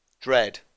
dread